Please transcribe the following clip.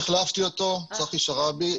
צחי שרעבי,